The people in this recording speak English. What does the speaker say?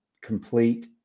complete